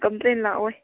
complain ꯂꯥꯛꯑꯣꯏ